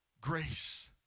Grace